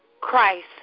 Christ